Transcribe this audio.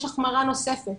יש החמרה נוספת,